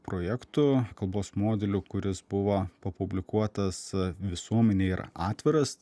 projektų kalbos modelių kuris buvo papublikuotas visuomenei yra atviras